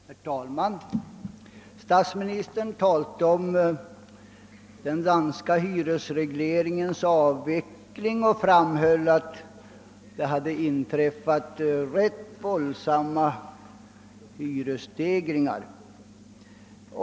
Herr talman! Statsministern talade om den danska hyresregleringens avveckling och framhöll att ganska våldsamma hyresstegringar hade blivit följden.